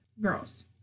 girls